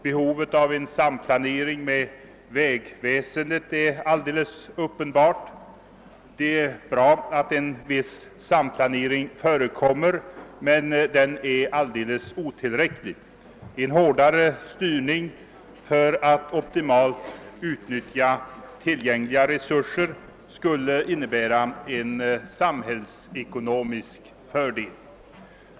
Behovet av en samplanering med vägväsendet är uppenbart. Det är också bra att en viss samplanering förekommer, men denna är alldeles otillräcklig. En hårdare styrning för ett optimalt utnyttjande av tillgängliga resurser skulle innebära en samhällsekonomisk fördel.